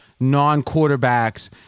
non-quarterbacks